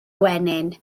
gwenyn